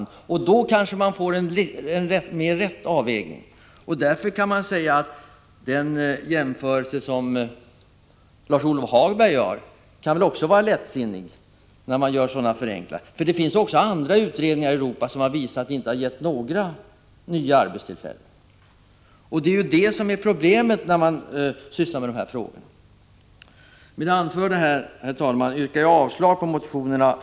Då blir det kanske en riktigare bedömning. Man kanske säga att Lars-Ove Hagbergs förenklade jämförelse härvidlag är lättsinnig. Andra utredningar har också visat att det inte blivit några nya arbetstillfällen alls i andra europeiska länder, och det är det som är problemet i detta sammanhang. Herr talman!